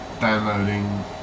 downloading